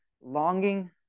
longing